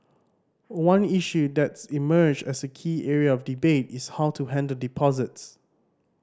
one issue that's emerged as a key area of debate is how to handle deposits